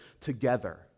together